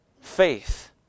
faith